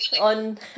on